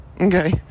okay